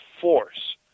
force